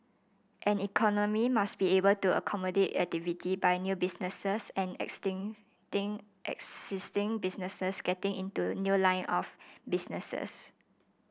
an economy must be able to accommodate activity by new businesses and existing businesses getting into new lines of businesses